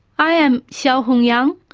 i am so xiaohong yang,